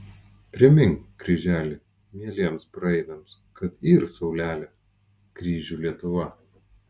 primink kryželi mieliems praeiviams kad yr saulelė kryžių lietuva